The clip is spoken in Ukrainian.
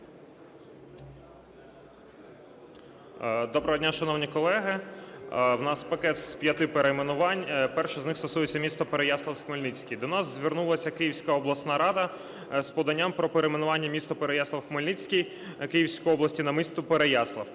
Доброго дня, шановні колеги. у нас пакет з п'яти перейменувань. Перше з них стосується міста Переяслав-Хмельницький. До нас звернулася Київська обласна рада з поданням про перейменуванням міста Переяслав-Хмельницький Київського області на місто Переяслав.